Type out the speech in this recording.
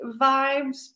vibes